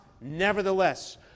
nevertheless